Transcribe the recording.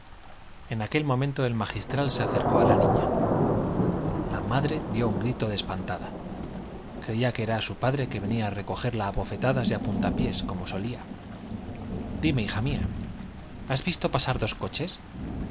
en aquel momento el magistral se acercó a la niña la madre dio un grito de espantada creía que era su padre que venía a recogerla a bofetadas y a puntapiés como solía dime hija mía has visto pasar dos coches